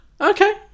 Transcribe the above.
Okay